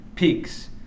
Peaks